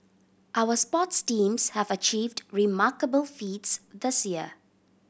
our sports teams have achieved remarkable feats this year